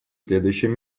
следующем